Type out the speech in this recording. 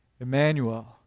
Emmanuel